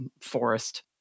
forest